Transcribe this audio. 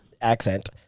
accent